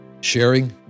sharing